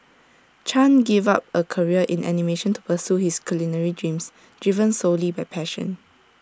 chan gave up A career in animation to pursue his culinary dreams driven solely by passion